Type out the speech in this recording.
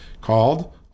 called